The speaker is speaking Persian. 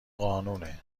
قانونه